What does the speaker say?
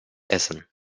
essen